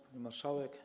Pani Marszałek!